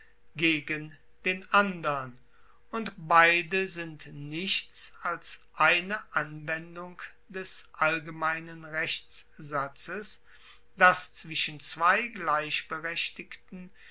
gegen den andern und beide sind nichts als eine anwendung des allgemeinen rechtssatzes dass zwischen zwei gleichberechtigten